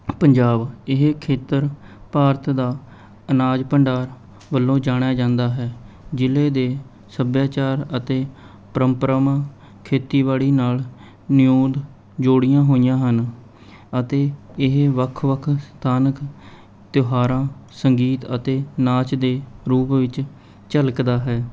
ਪੰਜਾਬ ਇਹ ਖੇਤਰ ਭਾਰਤ ਦਾ ਅਨਾਜ ਭੰਡਾਰ ਵੱਲੋਂ ਜਾਣਿਆ ਜਾਂਦਾ ਹੈ ਜ਼ਿਲ੍ਹੇ ਦੇ ਸੱਭਿਆਚਾਰ ਅਤੇ ਪਰੰਪਰਾਵਾਂ ਖੇਤੀਬਾੜੀ ਨਾਲ਼ ਨਿਉਂਦ ਜੋੜੀਆਂ ਹੋਈਆਂ ਹਨ ਅਤੇ ਇਹ ਵੱਖ ਵੱਖ ਸਥਾਨਕ ਤਿਉਹਾਰਾਂ ਸੰਗੀਤ ਅਤੇ ਨਾਚ ਦੇ ਰੂਪ ਵਿੱਚ ਝਲਕਦਾ ਹੈ